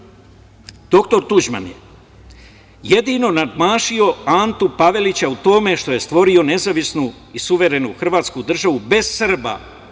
Doktor Tuđman je jedino nadmašio Antu Pavelića u tome što je stvorio nezavisnu i suverenu Hrvatsku državu bez Srba.